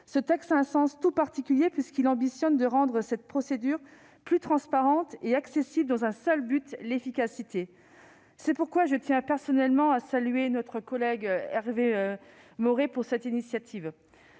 Ce texte à un sens tout particulier, puisqu'il a pour ambition de rendre cette procédure plus transparente et accessible, dans un seul but : l'efficacité. C'est pourquoi je tiens personnellement à saluer Hervé Maurey pour cette initiative